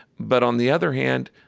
but on the other hand,